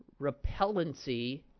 Repellency